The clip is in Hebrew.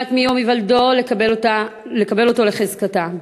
כמעט מיום היוולדו לקבל אותו לחזקתה.